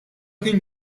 kien